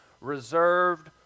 reserved